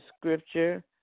scripture